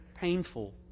painful